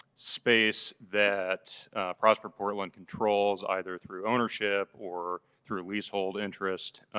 space that prosper portland controls either through ownership or through leasehold interest,